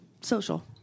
social